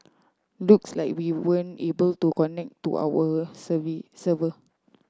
looks like we weren't able to connect to our server